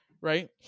Right